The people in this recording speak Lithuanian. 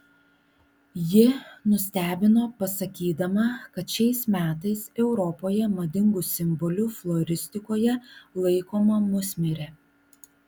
ji nustebino pasakydama kad šiais metais europoje madingu simboliu floristikoje laikoma musmirė